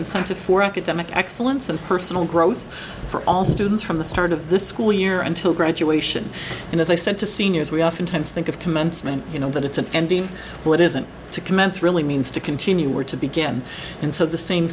incentive for academic excellence and personal growth for all students from the start of the school year until graduation and as i said to seniors we oftentimes think of commencement you know that it's an end game what isn't to commence really means to continue where to begin and so the same